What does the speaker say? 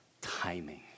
timing